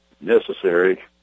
Necessary